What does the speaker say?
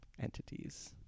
entities